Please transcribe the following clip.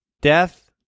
death